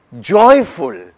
joyful